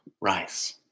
rice